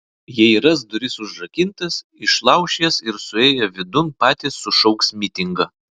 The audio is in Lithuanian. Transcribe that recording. jei ras duris užrakintas išlauš jas ir suėję vidun patys sušauks mitingą